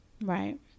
right